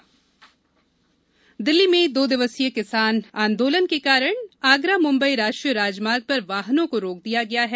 किसान आंदोलन दिल्ली में दो दिवसीय किसान आंदोलन के कारण आगरा मुंबई राष्ट्रीय राजमार्ग पर वाहनों को रोक दिया गया है